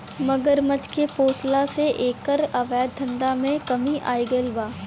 मगरमच्छ के पोसला से एकर अवैध धंधा में कमी आगईल बा